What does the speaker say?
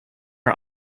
are